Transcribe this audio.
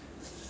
!woo!